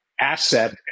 asset